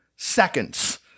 seconds